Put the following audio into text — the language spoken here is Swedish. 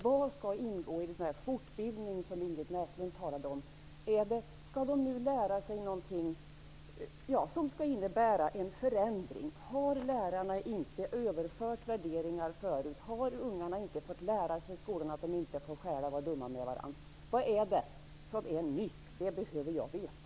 Vad skall ingå i den fortbildning som Ingrid Näslund talade om? Skall de nu lära sig någonting som innebär en förändring? Har lärarna inte överfört värderingar förut? Har ungarna inte fått lära sig i skolan att de inte får stjäla och vara dumma mot varandra? Vad är det som är nytt? Det behöver jag veta.